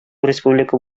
республика